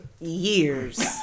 Years